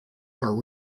are